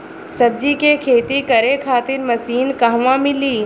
सब्जी के खेती करे खातिर मशीन कहवा मिली?